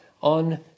on